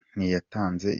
ntiyatanze